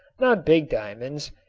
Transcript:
not big diamonds,